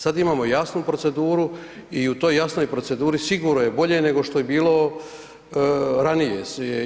Sada imamo jasnu proceduru i u toj jasnoj proceduri sigurno je bolje nego što je bilo ranije.